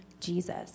Jesus